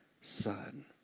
son